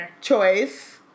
choice